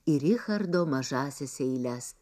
ir richardo mažąsias eiles